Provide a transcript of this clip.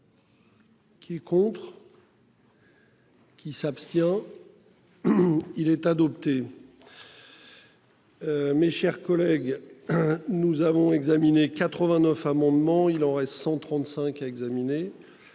Qui est contre. Qui s'abstient. Il est adopté. Mes chers collègues. Nous avons examiné 89 amendements il aurait 135 examiner.